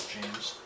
James